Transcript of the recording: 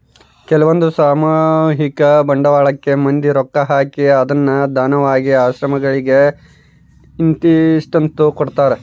ಕೆಲ್ವಂದು ಸಾಮೂಹಿಕ ಬಂಡವಾಳಕ್ಕ ಮಂದಿ ರೊಕ್ಕ ಹಾಕಿ ಅದ್ನ ದಾನವಾಗಿ ಆಶ್ರಮಗಳಿಗೆ ಇಂತಿಸ್ಟೆಂದು ಕೊಡ್ತರಾ